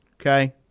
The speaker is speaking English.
okay